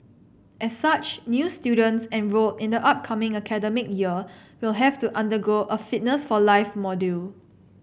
as such new students enrolled in the upcoming academic year will have to undergo a Fitness for life module